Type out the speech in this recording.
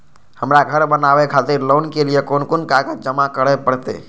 हमरा घर बनावे खातिर लोन के लिए कोन कौन कागज जमा करे परते?